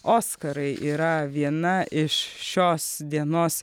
oskarai yra viena iš šios dienos